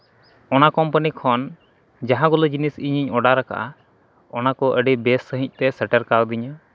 ᱚᱱᱟ ᱠᱳᱢᱯᱟᱱᱤ ᱠᱷᱚᱱ ᱡᱟᱦᱟᱸ ᱵᱚᱞᱮ ᱡᱤᱱᱤᱥ ᱤᱧᱤᱧ ᱚᱰᱟᱨ ᱟᱠᱟᱫᱼᱟ ᱚᱱᱟ ᱠᱚ ᱟᱹᱰᱤ ᱵᱮᱥ ᱥᱟᱹᱦᱤᱡ ᱯᱮ ᱥᱮᱴᱮᱨ ᱠᱟᱣᱫᱤᱧᱟ